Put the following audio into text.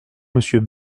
monsieur